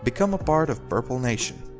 become a part of prplnation.